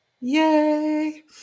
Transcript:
Yay